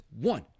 one